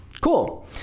Cool